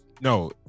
no